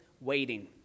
waiting